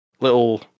little